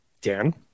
Dan